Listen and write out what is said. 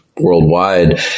worldwide